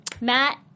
Matt